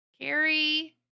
carrie